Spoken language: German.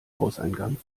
hauseingang